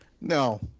No